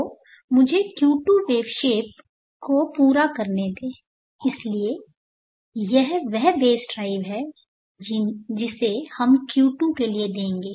तो मुझे Q2 wave shape को पूरा करने दें इसलिए यह वह बेस ड्राइव है जिसे हम Q2 के लिए देंगे